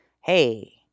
hey